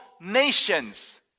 nations